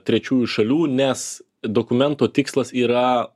trečiųjų šalių nes dokumento tikslas yra